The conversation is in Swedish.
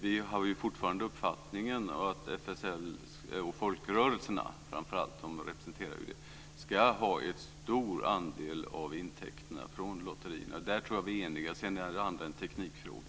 Vi har fortfarande uppfattningen att FSL och framför allt folkrörelserna, som det representerar, ska ha en stor andel av intäkterna för lotterierna. Där tror jag att vi är eniga. Sedan är det ena eller det andra en teknikfråga.